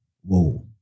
Whoa